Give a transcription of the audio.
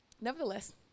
Nevertheless